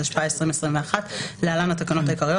התשפ"א-2021 (להלן- התקנות העיקריות),